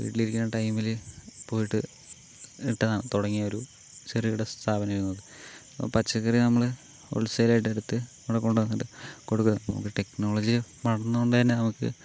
വീട്ടിലിരിക്കണ ടൈമിൽ പോയിട്ട് ഇട്ടതാണ് തുടങ്ങിയൊരു ചെറുകിട സ്ഥാപനം ആയിരുന്നു അത് അപ്പോൾ പച്ചക്കറി നമ്മൾ ഹോൾസെയിലായിട്ട് എടുത്ത് ഇവിടെ കൊണ്ടുവന്നിട്ട് കൊടുക്കുകയായിരുന്നു ഇപ്പോൾ ടെക്നോളജി വളർന്നതുകൊണ്ട് തന്നെ നമുക്ക്